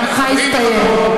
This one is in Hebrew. זמנך הסתיים.